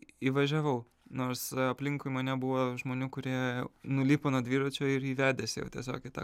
įvažiavau nors aplinkui mane buvo žmonių kurie nulipo nuo dviračio ir jį vedėsi jau tiesiog į tą